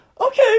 okay